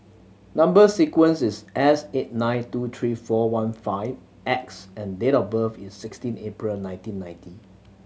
number sequence is S eight nine two three four one five X and date of birth is sixteen April nineteen ninety